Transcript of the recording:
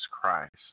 Christ